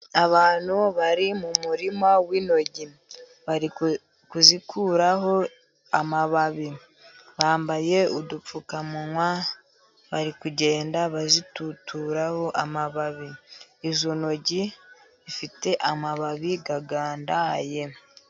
Abantu bari mu murima w'intoryi, bari kuzikuraho amababi, bambaye udupfukamuwa, bari kugenda bazitotoraho amababi. Izo ntoryi zifite amababi agandaye.